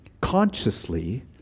consciously